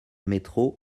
métro